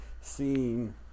seeing